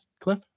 cliff